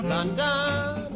London